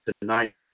tonight